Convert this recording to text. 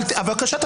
אני חייב